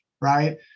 right